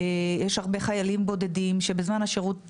יש הרבה חיילים בודדים שבזמן השירות עובדים.